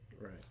Right